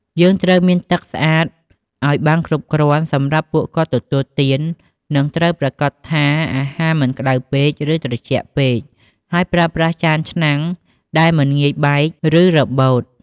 យើងត្រូវមានទឹកស្អាតឲ្យបានគ្រប់គ្រាន់សម្រាប់ពួកគាត់ទទួលទាន និងត្រូវប្រាកដថាអាហារមិនក្តៅពេក ឬត្រជាក់ពេក ហើយប្រើប្រាស់ចានឆ្នាំងដែលមិនងាយបែក ឬរបូត។